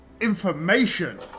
Information